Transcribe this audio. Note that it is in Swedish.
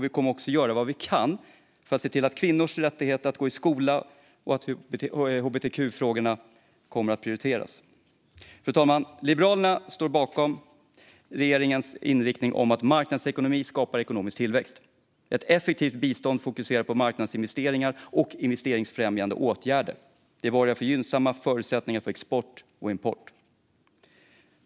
Vi kommer också att göra vad vi kan för att se till att kvinnors rätt att gå i skola och hbtq-frågorna kommer att prioriteras. Fru talman! Liberalerna står bakom regeringens inriktning om att marknadsekonomi skapar ekonomisk tillväxt. Ett effektivt bistånd fokuserar på marknadsinvesteringar och investeringsfrämjande åtgärder. Det borgar för gynnsamma förutsättningar för export och import.